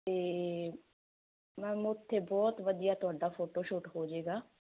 ਤੇ ਮੈਮ ਉਥੇ ਬਹੁਤ ਵਧੀਆ ਤੁਹਾਡਾ ਫੋਟੋ ਸ਼ੂਟ ਹੋ ਜਾਏਗਾ